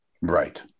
Right